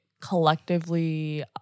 collectively